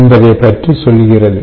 என்பதைப் பற்றிசொல்கிறது